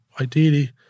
ideally